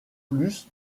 plus